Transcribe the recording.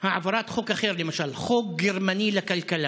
להעברת חוק אחר, למשל חוק גרמני לכלכלה,